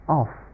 off